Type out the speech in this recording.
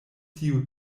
tiu